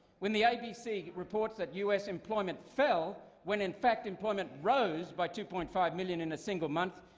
when the abc reports that u s. employment fell when in fact employment rose by two point five million in a single month,